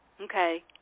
Okay